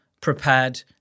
prepared